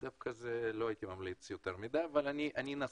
על זה לא הייתי ממליץ יותר מידי, אבל אני אנסה.